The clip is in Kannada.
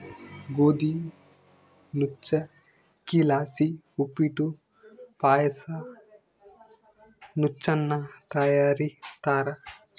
ಗೋದಿ ನುಚ್ಚಕ್ಕಿಲಾಸಿ ಉಪ್ಪಿಟ್ಟು ಪಾಯಸ ನುಚ್ಚನ್ನ ತಯಾರಿಸ್ತಾರ